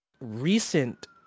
recent